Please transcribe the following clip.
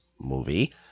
movie